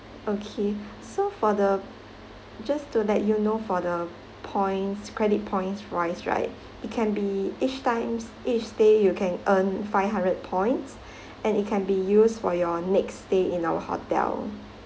okay so for the just to let you know for the points credit points wise right it can be each times each stay you can earn five hundred points and it can be used for your next stay in our hotel